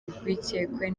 urwikekwe